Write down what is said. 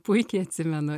puikiai atsimenu